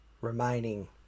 remaining